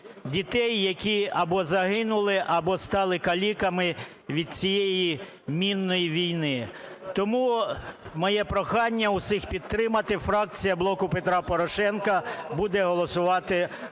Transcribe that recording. дітей, які або загинули, або стали каліками від цієї мінної війни. Тому моє прохання усіх підтримати. Фракція "Блоку Петра Порошенка" буде голосувати